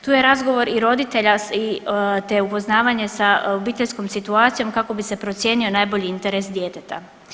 Tu je razgovor i roditelja, te upoznavanje sa obiteljskom situacijom kako bi se procijenio najbolji interes djeteta.